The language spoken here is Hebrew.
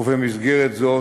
ובמסגרת זו